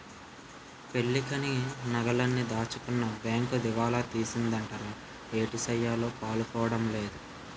పెళ్ళికని నగలన్నీ దాచుకున్న బేంకు దివాలా తీసిందటరా ఏటిసెయ్యాలో పాలుపోడం లేదు